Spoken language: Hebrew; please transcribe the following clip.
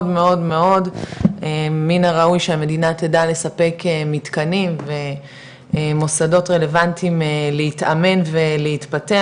מן הראוי שהמדינה תדע לספק מתקנים ומוסדות רלבנטיים להתאמן ולהתפתח